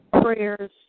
prayers